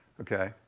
Okay